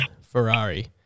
Ferrari